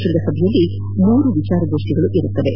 ಶೃಂಗಸಭೆಯಲ್ಲಿ ಮೂರು ವಿಚಾರ ಗೋಷ್ಠಿಗಳಿದ್ದು